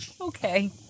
Okay